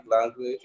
language